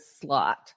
slot